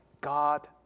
God